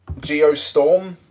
Geostorm